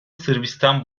sırbistan